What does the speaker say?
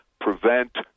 prevent